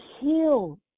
heal